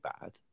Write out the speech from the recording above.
bad